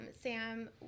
Sam